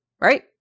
right